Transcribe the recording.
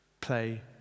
play